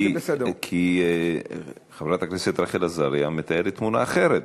כי חברת הכנסת רחל עזריה מתארת תמונה אחרת.